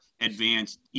advanced